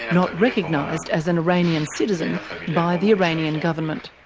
not recognised as an iranian citizen by the iranian government.